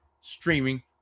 streaming